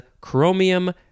chromium